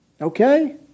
Okay